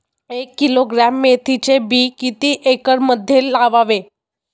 एक किलोग्रॅम मेथीचे बी किती एकरमध्ये लावावे?